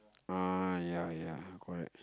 uh ya ya correct